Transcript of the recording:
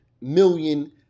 million